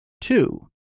two